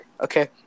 Okay